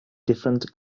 different